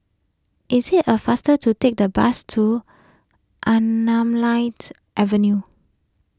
is it a faster to take the bus to Anamalai Avenue